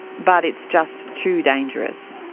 but it's just too dangerous.